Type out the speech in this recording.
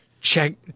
check